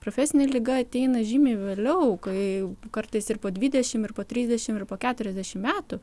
profesinė liga ateina žymiai vėliau kai kartais ir po dvidešimt ir po trisdešimt ir po keturiasdešimt metų